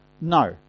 No